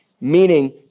meaning